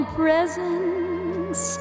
presents